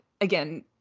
again